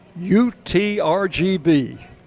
UTRGB